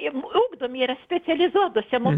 ir ugdomi yra specializuotose mok